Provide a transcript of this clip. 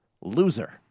loser